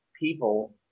people